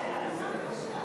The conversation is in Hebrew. התשע"ו 2016,